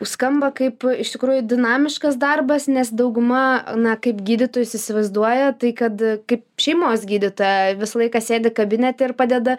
skamba kaip iš tikrųjų dinamiškas darbas nes dauguma na kaip gydytojus įsivaizduoja tai kad kaip šeimos gydytoja visą laiką sėdi kabinete ir padeda